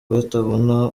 batabona